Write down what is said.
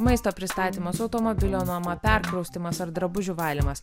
maisto pristatymas automobilio nuoma perkraustymas ar drabužių valymas